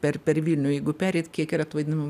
per per vilnių jeigu pereit kiek yra vadinamų